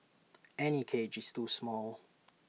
any cage is too small